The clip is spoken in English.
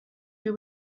you